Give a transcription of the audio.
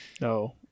No